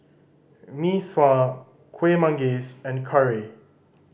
Mee Sua Kueh Manggis and curry